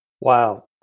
Wow